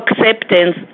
acceptance